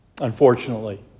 unfortunately